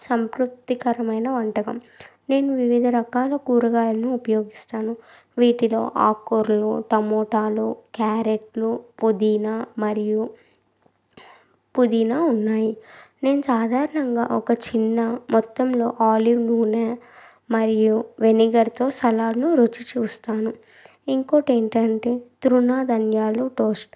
సంతృప్తికరమైన వంటకం నేను వివిధ రకాల కూరగాయలను ఉపయోగిస్తాను వీటిలో ఆకుకూరలు టమోటాలు క్యారెట్లు పుదీనా మరియు పుదీనా ఉన్నాయి నేను సాధారణంగా ఒక చిన్న మొత్తంలో ఆలివ్ నూనె మరియు వెనిగర్తో సలాడ్ను రుచి చూస్తాను ఇంకోటి ఏంటంటే తృణధాన్యాలు టోస్ట్